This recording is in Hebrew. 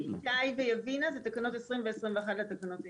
איתי ויבינה, זה תקנות 20 ו-21 לתקנות העיקריות.